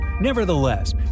Nevertheless